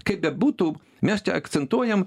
kaip bebūtų mes akcentuojam